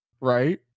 right